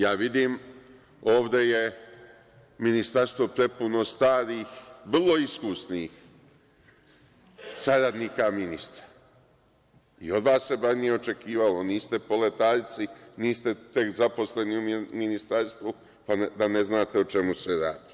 Ja vidim da je ministarstvo prepuno starih vrlo iskusnih saradnika ministra i od vas se bar nije očekivalo, niste poletarci, niste tek zaposleni u ministarstvu pa da ne znate o čemu se radi.